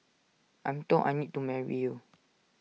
I'm told I need to marry you